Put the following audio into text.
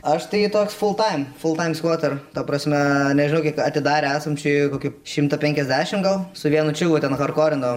aš tai toks fultaim fultaim skvoter ta prasme nežinau kiek atidarę esam čia kokių šimtą penkiasdešimt gal su vienu čiuvu ten hardkorinom